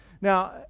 Now